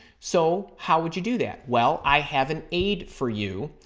so, how would you do that? well, i have an aid for you.